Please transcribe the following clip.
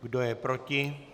Kdo je proti?